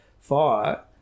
fire